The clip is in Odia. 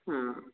ହଁ